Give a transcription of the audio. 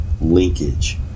linkage